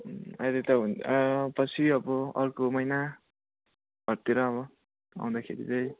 अहिले त हुन्न पछि अब अर्को महिनाहरूतिर अब आउँदाखेरि चाहिँ